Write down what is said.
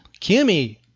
Kimmy